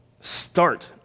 start